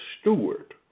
steward